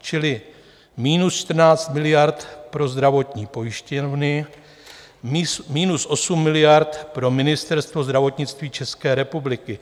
Čili minus 14 miliard pro zdravotní pojišťovny, minus 8 miliard pro Ministerstvo zdravotnictví České republiky.